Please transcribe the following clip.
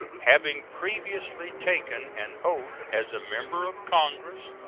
having previously taken an oath as a member of congress,